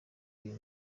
uyu